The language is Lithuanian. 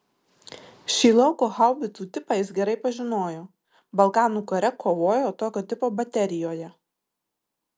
šį lauko haubicų tipą jis gerai pažinojo balkanų kare kovojo tokio tipo baterijoje